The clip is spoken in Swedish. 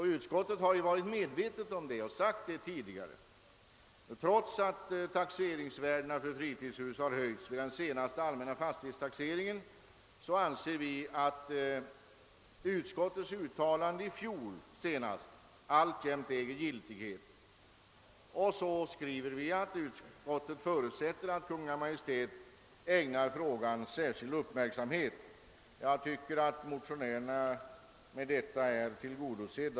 Utskottet har alltså varit medvetet om detta och anfört det tidigare. Trots att taxeringsvärdena för fritidshus har höjts vid den senaste allmänna fastighetstaxeringen anser vi att utskottets uttalande av i fjol alltjämt äger giltighet. Vi skriver också nu att utskottet förutsätter att Kungl. Maj:t ägnar frågan särskild uppmärksamhet. Enligt min mening är motionärernas önskemål därmed tillgodosedda.